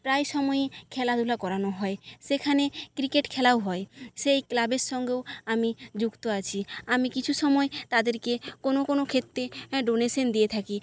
প্রায় সময়ই খেলাধুলা করানো হয় সেখানে ক্রিকেট খেলাও হয় সেই ক্লাবের সঙ্গেও আমি যুক্ত আছি আমি কিছু সময় তাদেরকে কোনো কোনো ক্ষেত্রে ডোনেশেন দিয়ে থাকি